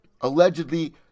allegedly